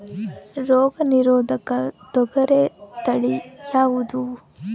ರೋಗ ನಿರೋಧಕ ತೊಗರಿ ತಳಿ ಯಾವುದು?